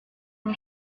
mon